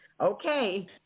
Okay